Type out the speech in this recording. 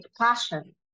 passion